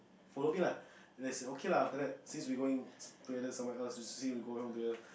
follow me lah then I say okay lah after that since we going together somewhere else we say we go home together